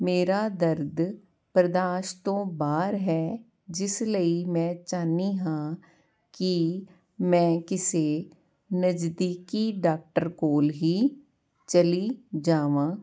ਮੇਰਾ ਦਰਦ ਬਰਦਾਸ਼ਤ ਤੋਂ ਬਾਹਰ ਹੈ ਜਿਸ ਲਈ ਮੈਂ ਚਾਹੁੰਦੀ ਹਾਂ ਕਿ ਮੈਂ ਕਿਸੇ ਨਜ਼ਦੀਕੀ ਡਾਕਟਰ ਕੋਲ ਹੀ ਚਲੀ ਜਾਵਾਂ